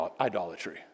idolatry